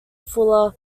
fuller